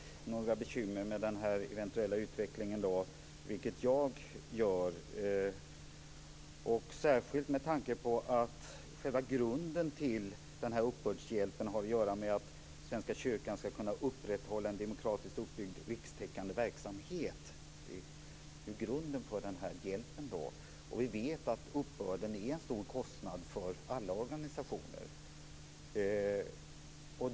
Fru talman! Pär Axel Sahlberg tycks inte se några bekymmer med den eventuella utvecklingen, vilket jag gör, särskilt med tanke på att själva grunden till uppbördshjälpen har att göra med att Svenska kyrkan skall kunna upprätthålla en demokratiskt uppbyggd rikstäckande verksamhet. Det är ju grunden för denna hjälp. Vi vet att uppbörden medför en stor kostnad för alla organisationer.